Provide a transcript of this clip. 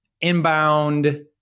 inbound